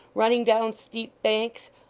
running down steep banks,